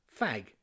fag